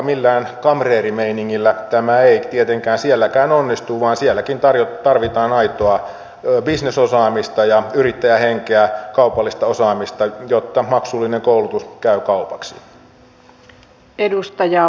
millään kamreerimeiningillä tämä ei tietenkään sielläkään onnistu vaan sielläkin tarvitaan aitoa bisnesosaamista ja yrittäjähenkeä kaupallista osaamista jotta maksullinen koulutus käy kaupaksi